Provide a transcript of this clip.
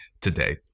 today